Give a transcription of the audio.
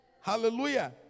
hallelujah